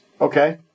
Okay